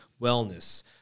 wellness